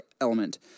element